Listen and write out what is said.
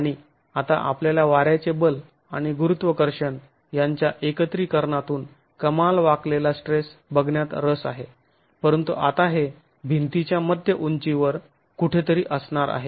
आणि आता आपल्याला वाऱ्याचे बल आणि गुरुत्वाकर्षण यांच्या एकत्रीकरणातून कमाल वाकलेला स्ट्रेस बघण्यात रस आहे परंतु आता हे भिंतीच्या मध्य उंचीवर कुठेतरी असणार आहे